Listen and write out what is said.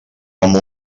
amb